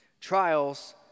Trials